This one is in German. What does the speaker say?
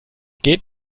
geht